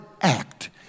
act